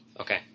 Okay